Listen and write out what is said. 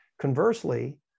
Conversely